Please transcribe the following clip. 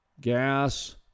gas